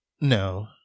No